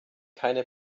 keine